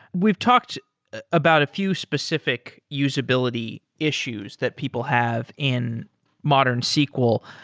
we've talked about a few specific usability issues that people have in modern sql.